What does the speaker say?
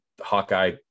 Hawkeye